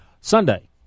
Sunday